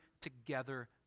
together